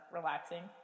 relaxing